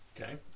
Okay